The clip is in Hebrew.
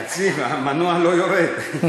תקציב, המנוע לא יורד.